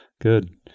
Good